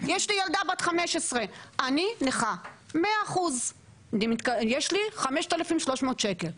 יש לי ילדה בת 15. אני נכה 100%. יש לי 5,300 שקלים.